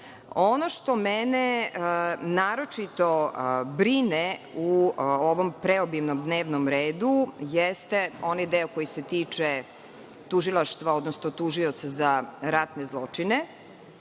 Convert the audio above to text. što mene naročito brine u ovom preobimnom dnevnom redu jeste onaj deo koji se tiče Tužilaštva, odnosno tužioca za ratne zločine.